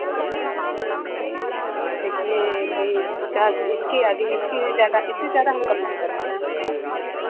नहीं तो देखिए भाई पचास इसके आगे इससे ज़्यादा इससे ज़्यादा हम कम नहीं कर पाएँगे